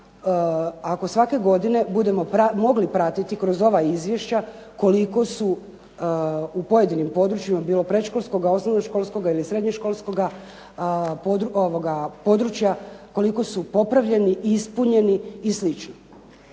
ako svake godine budemo mogli pratiti kroz ova izvješća koliko su u pojedinim područjima, bilo predškolskoga, osnovnoškolskoga ili srednjoškolskoga područja, koliko su popravljeni, ispunjeni i